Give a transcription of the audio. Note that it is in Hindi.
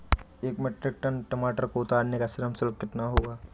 एक मीट्रिक टन टमाटर को उतारने का श्रम शुल्क कितना होगा?